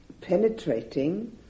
penetrating